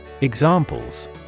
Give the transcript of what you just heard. Examples